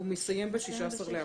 הוא מסתיים ב-16 באפריל.